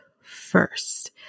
first